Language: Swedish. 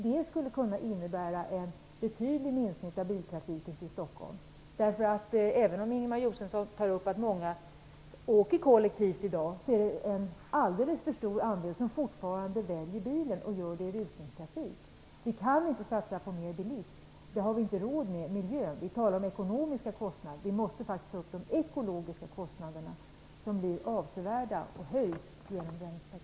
Det skulle kunna innebära en betydlig minskning av biltrafiken till Stockholm. Ingemar Josefsson säger att många åker kollektivt i dag. Men det är fortfarande en alldeles för stor andel som väljer bilen och gör det i rusningstrafik. Vi kan inte satsa på mer bilism, det har vi inte råd med. Vi talar mycket om de ekonomiska kostnaderna, men vi måste faktiskt också ta upp de ekologiska kostnaderna, som ju blir avsevärda och höjs med anledning av